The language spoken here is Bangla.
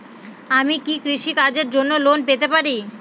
আমি কি কৃষি কাজের জন্য লোন পেতে পারি?